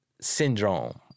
syndrome